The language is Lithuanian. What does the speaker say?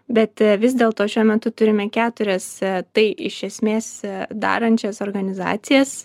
bet vis dėlto šiuo metu turime keturias tai iš esmės darančias organizacijas